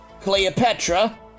Cleopatra